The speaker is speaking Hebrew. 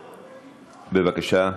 בבקשה.